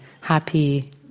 happy